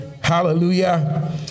Hallelujah